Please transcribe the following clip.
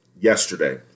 Yesterday